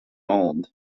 molde